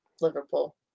Liverpool